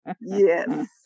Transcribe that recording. Yes